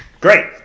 Great